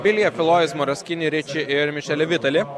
vilija filojus moras kini riči ir mišeli vitali